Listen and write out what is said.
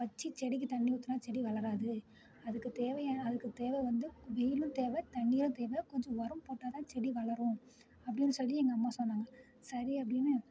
வச்சு செடிக்கு தண்ணி ஊத்துனால் செடி வளராது அதுக்குத் தேவையான அதுக்கு தேவை வந்து வெயிலும் தேவை தண்ணியும் தேவை கொஞ்சம் உரம் போட்டாதான் செடி வளரும் அப்படின்னு சொல்லி எங்கள் அம்மா சொன்னாங்கள் சரி அப்படின்னு